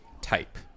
type